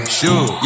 sure